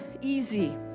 easy